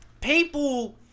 people